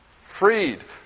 Freed